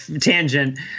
tangent